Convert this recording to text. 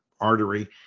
artery